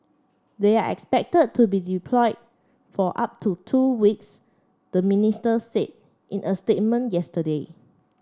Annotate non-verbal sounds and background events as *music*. they are expected to be deployed for up to two weeks the *unintelligible* said in a statement yesterday